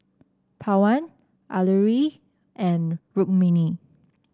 Pawan Alluri and Rukmini